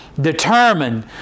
determined